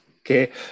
Okay